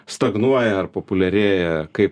stagnuoja ar populiarėja kai